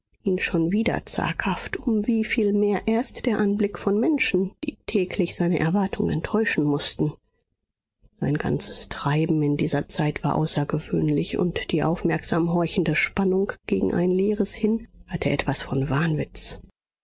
ihn schon wieder zaghaft um wie viel mehr erst der anblick von menschen die täglich seine erwartung enttäuschen mußten sein ganzes treiben in dieser zeit war außergewöhnlich und die aufmerksam horchende spannung gegen ein leeres hin hatte etwas von wahnwitz